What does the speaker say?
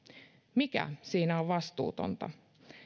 mikä siinä on vastuutonta